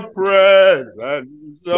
presence